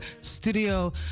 studio